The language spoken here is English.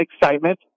excitement